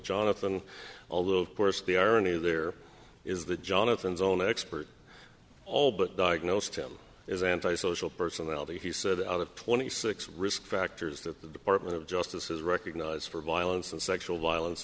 jonathan although of course the irony there is the jonathan's own expert all but diagnosed him as anti social personality he said out of twenty six risk factors that the department of justice has recognized for violence and sexual violence